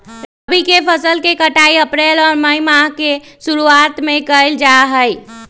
रबी के फसल के कटाई अप्रैल और मई माह के शुरुआत में कइल जा हई